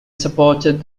supported